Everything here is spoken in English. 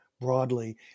broadly